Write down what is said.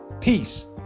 peace